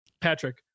patrick